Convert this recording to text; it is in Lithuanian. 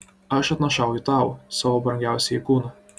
aš atnašauju tau savo brangiausiąjį kūną